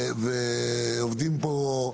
ועובדים פה,